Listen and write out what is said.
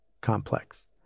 complex